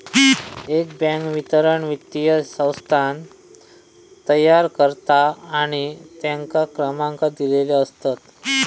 एक बॅन्क विवरण वित्तीय संस्थान तयार करता आणि तेंका क्रमांक दिलेले असतत